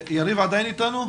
יריב עדיין איתנו?